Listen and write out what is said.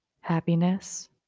happiness